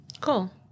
Cool